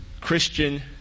Christian